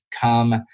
come